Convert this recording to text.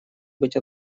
быть